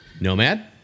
nomad